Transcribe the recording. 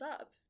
up